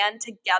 together